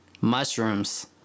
mushrooms